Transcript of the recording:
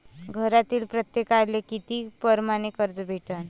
घरातील प्रत्येकाले किती परमाने कर्ज भेटन?